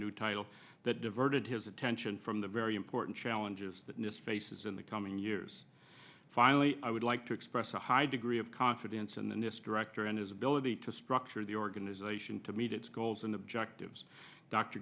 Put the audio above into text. new title that diverted his attention from the very important challenges that miss faces in the coming years finally i would like to express a high degree of confidence in the nist director and his ability to structure the organization to meet its goals and objectives dr